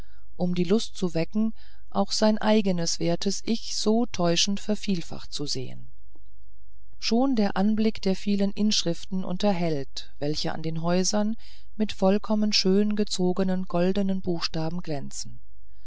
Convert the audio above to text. um die lust zu erwecken auch sein eigenen wertes ich so täuschen vervielfacht zu sehen schon der anblick der vielen inschriften unterhält welche an den häusern mit vollkommen schön gezogenen goldenen buchstaben glänzen